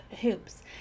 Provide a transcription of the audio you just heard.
hoops